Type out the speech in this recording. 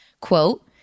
Quote